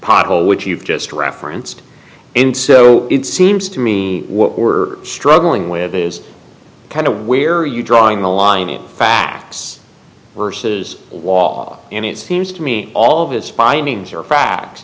pothole which you've just referenced and so it seems to me what we're struggling with is kind of where you're drawing the line in facts versus wall and it seems to me all of his findings are fa